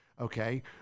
Okay